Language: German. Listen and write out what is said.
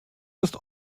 ist